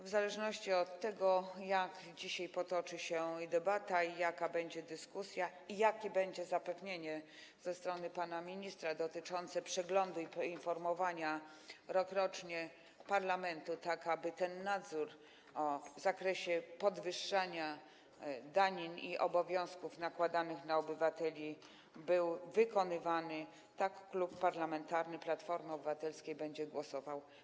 W zależności od tego, jak dzisiaj potoczy się debata, jaka będzie dyskusja i jakie będzie zapewnienie ze strony pana ministra dotyczące przeglądu i informowania rokrocznie parlamentu, tak aby ten nadzór w zakresie podwyższania danin i obowiązków nakładanych na obywateli był wykonywany, tak Klub Parlamentarny Platforma Obywatelska będzie głosował.